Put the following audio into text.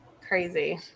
Crazy